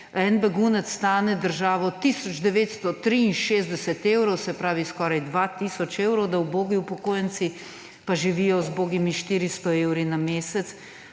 begunec stane državo tisoč 963 evrov, se pravi, skoraj 2 tisoč evrov, da ubogi upokojenci pa živijo z bogimi 400 evri na mesec.